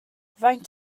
faint